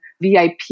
VIP